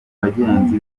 bagenzi